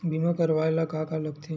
बीमा करवाय ला का का लगथे?